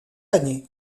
année